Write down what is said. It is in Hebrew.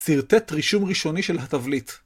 שרטט רישום ראשוני של התבליט.